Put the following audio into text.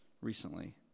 recently